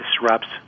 disrupts